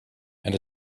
and